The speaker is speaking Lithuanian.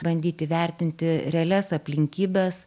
bandyti vertinti realias aplinkybes